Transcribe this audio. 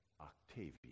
Octavian